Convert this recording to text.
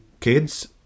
kids